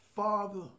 Father